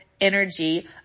energy